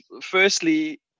firstly